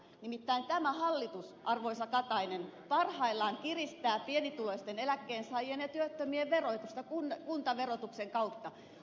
nimittäin tämä hallitus arvoisa ministeri katainen parhaillaan kiristää pienituloisten eläkkeensaajien ja työttömien verotusta kuntaverotuksen kautta